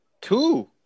two